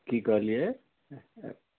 की कहलियै